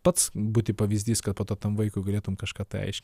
pats būti pavyzdys kad po to tam vaikui galėtum kažką tai aiškint